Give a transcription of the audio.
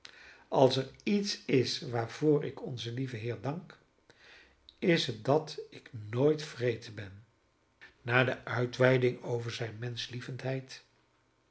als er iets is waarvoor ik onzen lieven heer dank is het dat ik nooit wreed ben na de uitweiding over zijne